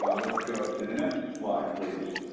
um let's go to the next slide please.